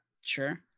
sure